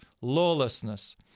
Lawlessness